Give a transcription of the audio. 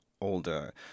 older